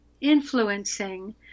influencing